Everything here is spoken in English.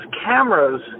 cameras